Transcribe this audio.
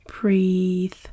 breathe